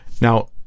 Now